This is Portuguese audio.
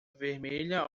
vermelha